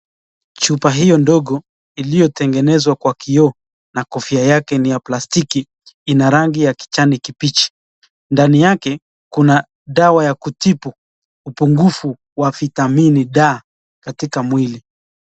Chupa hiyo ndo iliotengenezwa kwa kioo na kofia yake ni ya plastiki Ina rangi ya kijani kibichi ndani yake Kuna dawa ya kutibu upunguvu ya vitamini D katika mwili.